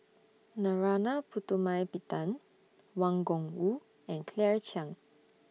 Narana Putumaippittan Wang Gungwu and Claire Chiang